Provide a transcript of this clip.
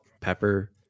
pepper